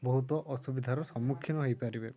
ବହୁତ ଅସୁବିଧାର ସମ୍ମୁଖୀନ ହେଇପାରିବେ